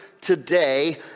Today